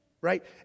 Right